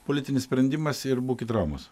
politinis sprendimas ir būkit ramūs